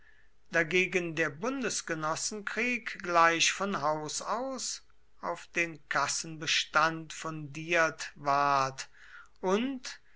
dagegen der bundesgenossenkrieg gleich von haus aus auf den kassenbestand fundiert ward und